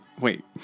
Wait